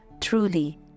truly